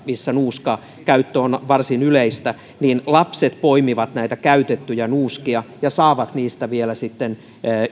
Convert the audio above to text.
joissa nuuskan käyttö on varsin yleistä lapset poimivat näitä käytettyjä nuuskia ja saavat niistä vielä sitten